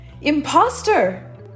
imposter